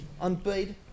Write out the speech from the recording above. unpaid